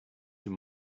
your